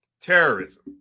Terrorism